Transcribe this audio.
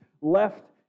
left